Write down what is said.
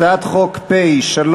הצעת חוק פ/368,